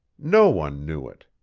no one knew it.